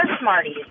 Smarties